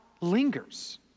lingers